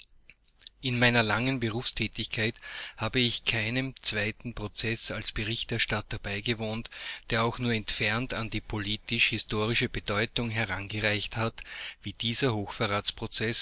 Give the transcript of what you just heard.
in meiner langen berufstätigkeit habe ich keinem zweiten prozeß als berichterstatter beigewohnt der auch nur entfernt an die politisch historische bedeutung herangereicht hat wie dieser